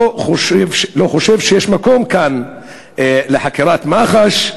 אני לא חושב שיש כאן מקום לחקירת מח"ש,